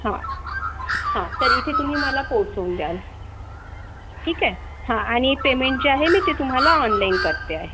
हं हं तर इथे तुम्ही मला पोहचवून द्याल ठीकए हं आणि पेमेंट जे आहे मी ते तुम्हाला ऑनलाइन करते आहे